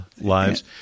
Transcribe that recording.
lives